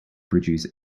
produce